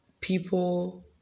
people